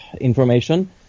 information